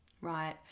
right